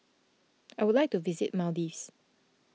I would like to visit Maldives